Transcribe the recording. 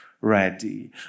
ready